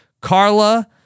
Carla